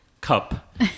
Cup